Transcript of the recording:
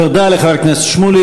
תודה לחבר הכנסת שמולי.